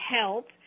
help